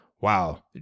wow